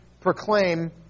proclaim